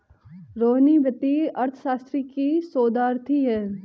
रोहिणी वित्तीय अर्थशास्त्र की शोधार्थी है